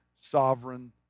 sovereign